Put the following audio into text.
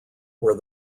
where